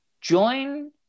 join